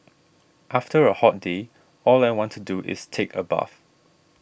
after a hot day all I want to do is take a bath